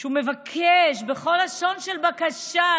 כשהוא מבקש בכל לשון של בקשה,